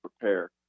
prepare